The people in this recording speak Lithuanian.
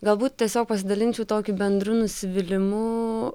galbūt tiesiog pasidalinsiu tokiu bendru nusivylimu